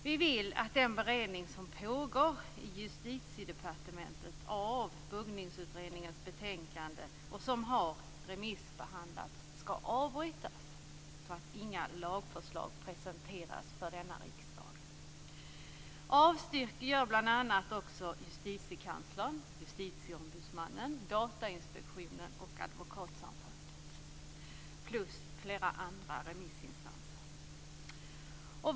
Vi vill att den beredning som pågår i Justitiedepartementet av Buggningsutredningens betänkande, som också har remissbehandlats, skall avbrytas så att inga lagförslag presenteras för denna riksdag. Avstyrker gör bl.a. också Justitiekanslern, Justitieombudsmannen, Datainspektionen och Advokatsamfundet plus flera andra remissinstanser.